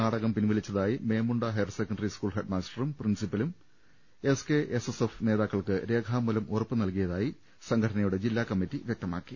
നാടകം പിൻവലിച്ചതായി Memunda higher secondary school ഹെഡ്മാസ്റ്ററും പ്രിൻസിപ്പലും S K S S F നേതാക്കൾക്ക് രേഖാമൂലം ഉറപ്പുനൽകിയതായി സംഘടനയുടെ ജില്ലാ കമ്മിറ്റി വൃക്തമാക്കി